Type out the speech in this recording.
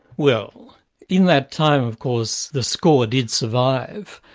well in that time, of course, the score did survive.